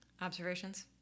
Observations